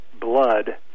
blood